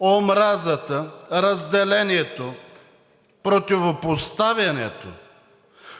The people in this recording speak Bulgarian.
омразата, разделението, противопоставянето